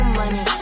money